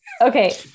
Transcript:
Okay